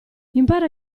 impara